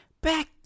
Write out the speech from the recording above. Back